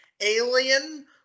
Alien